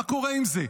מה קורה עם זה?